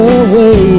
away